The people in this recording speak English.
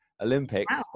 olympics